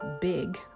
big